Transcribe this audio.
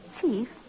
Chief